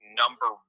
number